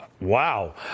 Wow